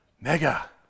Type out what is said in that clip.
Mega